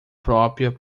própria